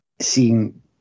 seeing